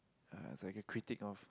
uh it's like a critique off